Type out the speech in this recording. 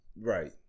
Right